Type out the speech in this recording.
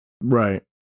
Right